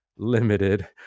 limited